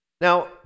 Now